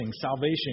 salvation